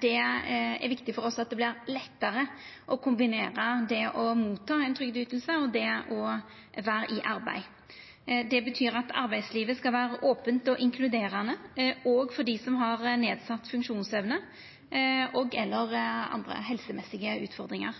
Det er viktig for oss at det vert lettare å kombinera det å ta imot ei trygdeyting og det å vera i arbeid. Det betyr at arbeidslivet skal vera ope og inkluderande òg for dei som har nedsett funksjonsevne og/eller andre helsemessige utfordringar.